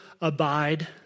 abide